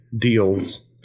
deals –